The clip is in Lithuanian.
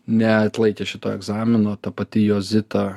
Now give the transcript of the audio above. neatlaikė šito egzamino ta pati jozita